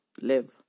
live